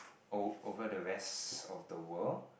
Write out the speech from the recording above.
ove~ over the rest of the world